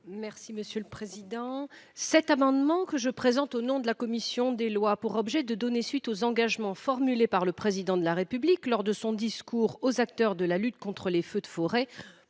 rapporteure pour avis. Cet amendement, que je présente au nom de la commission des lois, a pour objet de donner suite aux engagements formulés par le Président de la République lors de son discours aux acteurs de la lutte contre les feux de forêt,